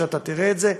אתה תראה את זה.